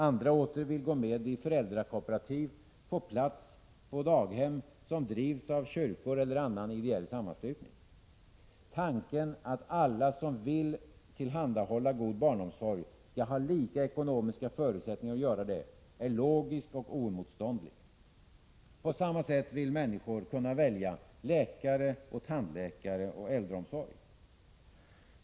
Andra åter vill gå med i ett föräldrakooperativ, få plats på daghem som drivs av kyrkor eller andra ideella sammanslutningar. Tanken att alla som vill tillhandahålla god barnomsorg skall ha lika ekonomiska förutsättningar att göra det, är logisk och oemotståndlig. På samma sätt vill människor kunna välja läkare, tandläkare och äldreomsorg.